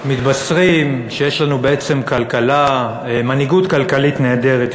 מתבשרים שיש לנו מנהיגות כלכלית נהדרת,